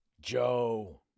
Joe